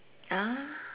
ah